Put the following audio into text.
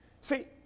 See